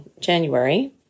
January